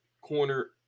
corner